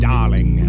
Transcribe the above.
Darling